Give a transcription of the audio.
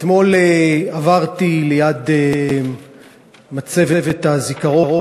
אתמול עברתי ליד מצבת הזיכרון,